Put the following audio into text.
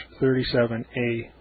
37A